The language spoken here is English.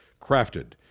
crafted